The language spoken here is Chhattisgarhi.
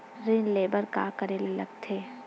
ऋण ले बर का करे ला लगथे?